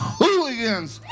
hooligans